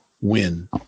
win